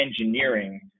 engineering